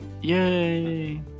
Yay